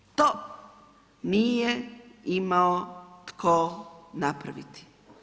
To nije imao tko napraviti.